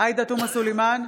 עאידה תומא סלימאן,